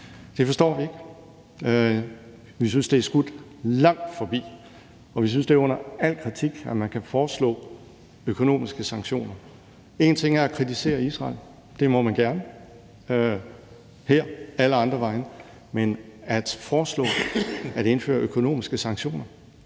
Det forstår vi ikke. Vi synes, det er skudt langt forbi, og vi synes, det er under al kritik, at man kan foreslå økonomiske sanktioner. Én ting er at kritisere Israel, det må man gerne her og alle andre vegne, men at foreslå at indføre økonomiske sanktioner